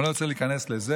אבל אני לא רוצה להיכנס לזה,